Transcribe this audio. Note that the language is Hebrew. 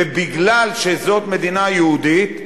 ומפני שזאת מדינה יהודית,